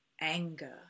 anger